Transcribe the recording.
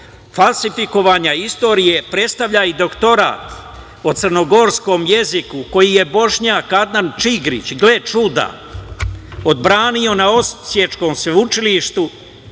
falsifikovanja istorije predstavlja i doktorat o crnogorskom jeziku koji je Bošnjak Adnan Čingrić, gle čuda, odbranio na Osiječkom sveučilištu.